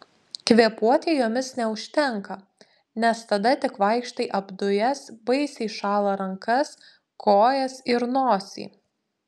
kvėpuoti jomis neužtenka nes tada tik vaikštai apdujęs baisiai šąla rankas kojas ir nosį